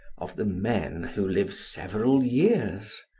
of the men who live several years,